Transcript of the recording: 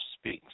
speaks